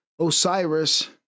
Osiris